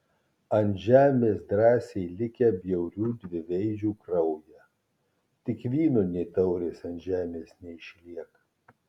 ant žemės drąsiai likę bjaurių dviveidžių kraują tik vyno nė taurės ant žemės neišliek